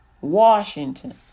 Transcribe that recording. Washington